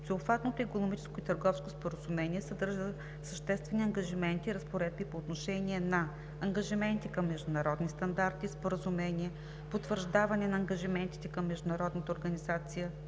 Всеобхватното икономическо и търговско споразумение съдържа съществени ангажименти и разпоредби по отношение на: ангажименти към международни стандарти и споразумения – потвърждаване на ангажиментите към Международната организация